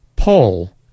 Paul